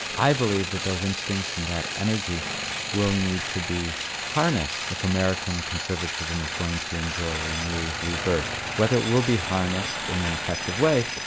i believe that those instincts and that energy will need to be harnessed if american conservatism is going to enjoy a new rebirth. whether it will be harnessed in an effective way,